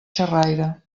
xerraire